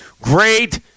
great